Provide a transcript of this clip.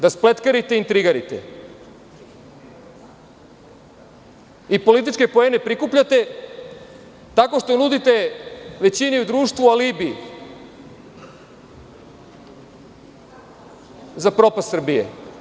Da spletkarite i intrigirate i političke poene prikupljate tako što nudite većini u društvu alibi za propast Srbije.